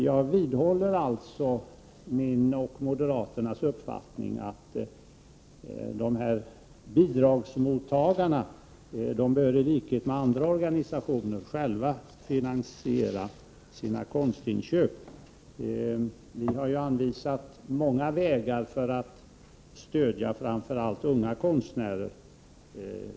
Jag vidhåller alltså min och övriga moderaters uppfattning att bidragsmottagarna i likhet med andra organisationer själva bör finansiera sina konstinköp. Vi har anvisat många vägar för att stödja framför allt unga konstnärer.